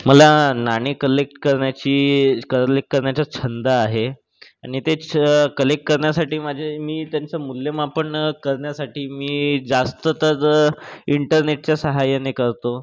मला नाणी कलेक्ट करण्याची कलेक्ट करण्याचा छंद आहे आणि तेच कलेक्ट करण्यासाठी माझ्या मी त्यांचं मूल्यमापन करण्यासाठी मी जास्त तर इंटरनेटच्या सहाय्याने करतो